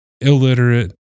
illiterate